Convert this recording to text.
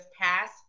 passed